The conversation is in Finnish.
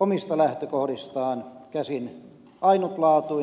omista lähtökohdistaan käsin ainutlaatuinen ja vaativa